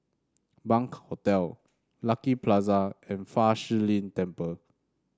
Bunc Hostel Lucky Plaza and Fa Shi Lin Temple